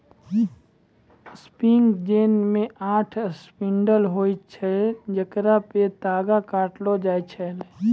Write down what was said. spinning jenny मे आठ spindle होय छलै जेकरा पे तागा काटलो जाय छलै